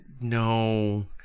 No